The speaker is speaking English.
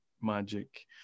magic